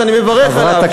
שאני מברך עליו,